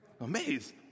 Amazed